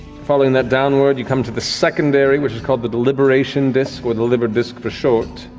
following that downward, you come to the secondary which is called the deliberation disc or the liber disc for short.